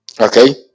Okay